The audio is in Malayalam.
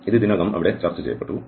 ഇത് ഇതിനകം അവിടെ ചർച്ച ചെയ്യപ്പെട്ടു